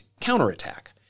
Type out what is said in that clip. counterattack